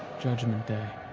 judgment day.